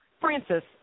Francis